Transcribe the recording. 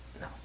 No